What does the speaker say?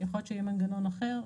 יכול להיות שיהיה מנגנון אחר.